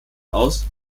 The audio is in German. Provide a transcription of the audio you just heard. aus